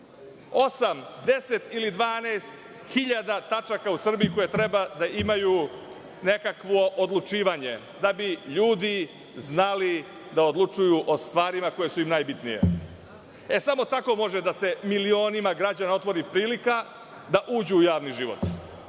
10 ili 12 hiljada tačaka je u Srbiji koje trebaju da imaju nekakvo odlučivanje da bi ljudi znali da odlučuju o stvarima koje su im najbitnije. Samo tako može da se milionima građana otvori prilika da uđu u javni život.